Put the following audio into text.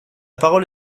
parole